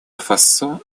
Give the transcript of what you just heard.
фасо